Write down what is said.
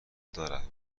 دارد